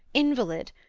invalid,